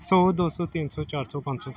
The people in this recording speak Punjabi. ਸੌ ਦੋ ਸੌ ਤਿੰਨ ਸੌ ਚਾਰ ਸੌ ਪੰਜ ਸੌ